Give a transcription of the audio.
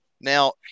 Now